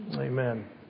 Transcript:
Amen